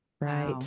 Right